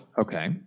Okay